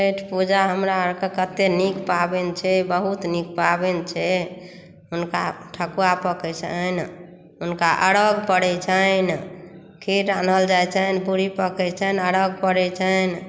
छठि पूजा हमरा आरके कतै नीक पाबनि छै बहुत नीक पाबनि छै हुनका ठकुआ पकै छनि हुनका अर्घ्य परै छनि खीर राह्णल जाइ छनि पूरी पकै छनि अर्घ्य परै छनि